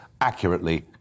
accurately